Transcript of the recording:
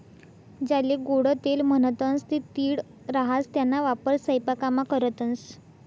ज्याले गोडं तेल म्हणतंस ते तीळ राहास त्याना वापर सयपाकामा करतंस